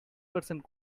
percent